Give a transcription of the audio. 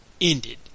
ended